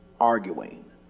arguing